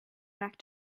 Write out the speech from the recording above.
back